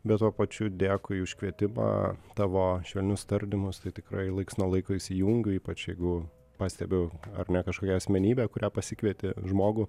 bet tuo pačiu dėkui už kvietimą tavo švelnius tardymus tai tikrai laiks nuo laiko įsijungiu ypač jeigu pastebiu ar ne kažkokią asmenybę kurią pasikvieti žmogų